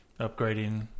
upgrading